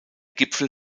gipfel